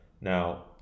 Now